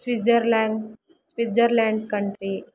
Switzerland Switzerland country